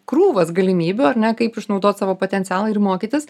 krūvas galimybių ar ne kaip išnaudot savo potencialą ir mokytis